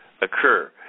occur